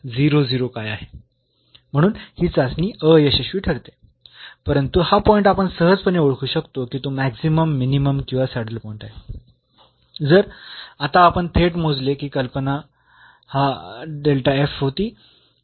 म्हणून ही चाचणी अयशस्वी ठरते परंतु हा पॉईंट आपण सहजपणे ओळखू शकतो की तो मॅक्सिमम मिनिमम किंवा सॅडल पॉईंट आहे जर आता आपण थेट मोजले की कल्पना हा होती